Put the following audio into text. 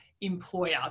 employer